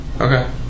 Okay